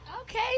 Okay